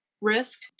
risk